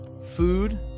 Food